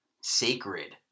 sacred